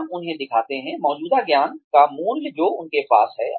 हम उन्हें दिखाते हैं मौजूदा ज्ञान का मूल्य जो उनके पास है